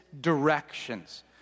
directions